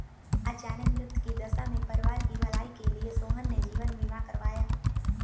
अचानक मृत्यु की दशा में परिवार की भलाई के लिए सोहन ने जीवन बीमा करवाया